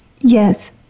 Yes